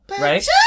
Right